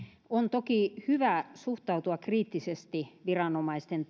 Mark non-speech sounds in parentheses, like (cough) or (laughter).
on toki hyvä suhtautua kriittisesti viranomaisten (unintelligible)